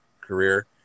career